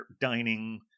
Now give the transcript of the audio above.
dining